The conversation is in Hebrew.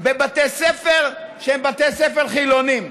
בבתי ספר שהם בתי ספר חילוניים.